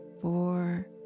four